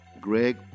Greg